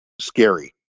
scary